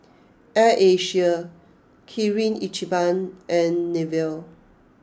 Air Asia Kirin Ichiban and Nivea